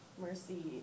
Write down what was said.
mercy